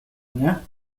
mnie